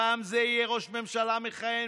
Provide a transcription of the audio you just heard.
פעם זה יהיה ראש ממשלה מכהן,